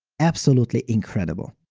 absolutely incredible.